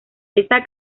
esta